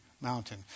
mountain